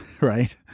right